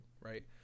right